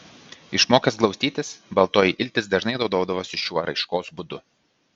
išmokęs glaustytis baltoji iltis dažnai naudodavosi šiuo raiškos būdu